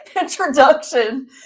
introduction